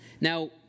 Now